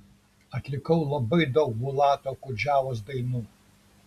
atlikau labai daug bulato okudžavos dainų